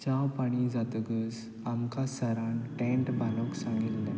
चाव पाणी जातकच आमकां सरान टॅन्ट बांदूंक सांगिल्लें